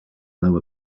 lower